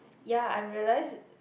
ya I realised